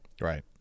Right